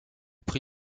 prix